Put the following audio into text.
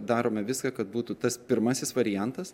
darome viską kad būtų tas pirmasis variantas